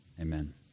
Amen